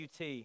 UT